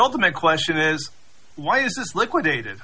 ultimate question is why is this liquid dated